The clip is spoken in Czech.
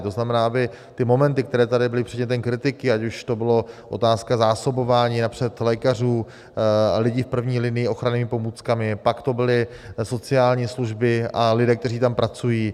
To znamená, aby ty momenty, které tady byly předmětem kritiky, ať už to byla otázka zásobování napřed lékařů a lidí v první linii ochrannými pomůckami, pak to byly sociální služby a lidé, kteří tam pracují.